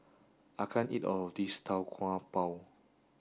I can't eat all of this Tau Kwa Pau